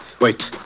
Wait